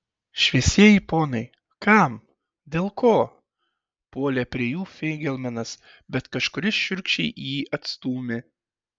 šviesieji ponai kam dėl ko puolė prie jų feigelmanas bet kažkuris šiurkščiai jį atstūmė